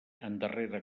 endarrere